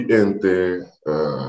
entre